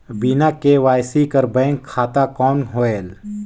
बिना के.वाई.सी कर बैंक खाता कौन होएल?